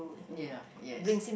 ya yes